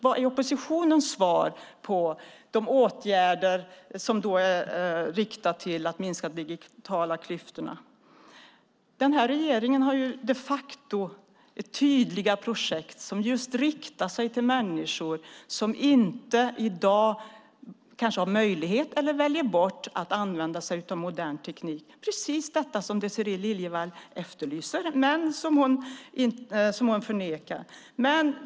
Vad är oppositionens svar när det gäller åtgärder riktade till att minska de digitala klyftorna? Den här regeringen har de facto tydliga projekt som riktar sig just till människor som i dag inte har möjlighet eller väljer bort att använda sig av modern teknik - precis det som Désirée Liljevall efterlyser.